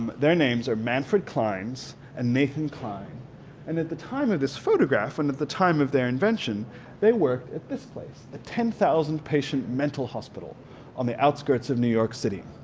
their names are manfred clynes and nathan kline and at the time of this photograph and at the time of their invention they worked at this place a ten thousand patient mental hospital on the outskirts of new york city.